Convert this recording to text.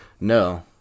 No